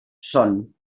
són